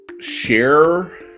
share